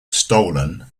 stolen